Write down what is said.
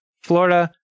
Florida